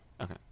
Okay